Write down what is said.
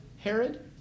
Herod